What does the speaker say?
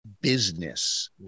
business